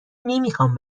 نمیخوام